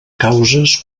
causes